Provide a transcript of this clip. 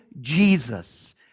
Jesus